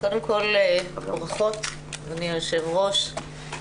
קודם כל ברכות, אדוני היושב ראש.